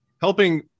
helping